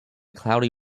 cloudy